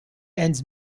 ends